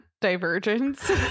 divergence